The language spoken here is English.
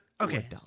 okay